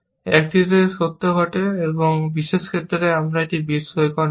একটিতেও সত্য ঘটে এবং বিশেষ ক্ষেত্রে এটি একটি বিস্ময়কর নয়